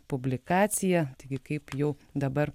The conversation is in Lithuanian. publikacija taigi kaip jau dabar